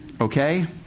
okay